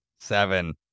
Seven